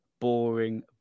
Boring